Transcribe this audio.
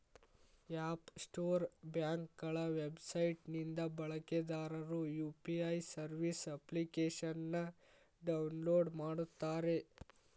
app store ಬ್ಯಾಂಕ್ಗಳ website ನಿಂದ ಬಳಕೆದಾರರು ಯು.ಪಿ.ಐ ಸರ್ವಿಸ್ ಅಪ್ಲಿಕೇಶನ್ನ ಡೌನ್ಲೋಡ್ ಮಾಡುತ್ತಾರೆ